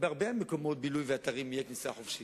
ובהרבה מקומות בילוי ואתרים תהיה כניסה חופשית.